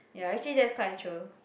ya actually that's quite true